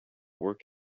work